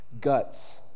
guts